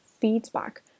feedback